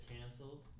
canceled